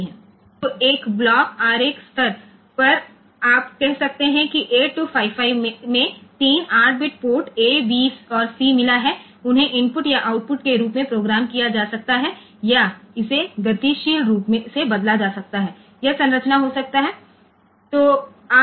તેથી block diagram level પર આપણે કહી શકીએ છીએ કે 8255 ને 3 8 બીટ પોર્ટ A B અને C મળ્યા છે અને તેને ઇનપુટ અથવા આઉટપુટ તરીકે પ્રોગ્રામ કરી શકાય છે અથવા ડાયનેમિક રીતે બદલી શકાય છે અને તેનું માળખું બદલી શકાય છે